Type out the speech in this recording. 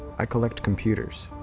i collect computers.